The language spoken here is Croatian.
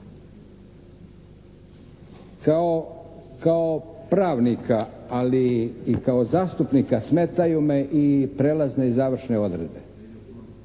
Kao pravnika ali i kao zastupnika smetaju me i prijelazne i završne odredbe.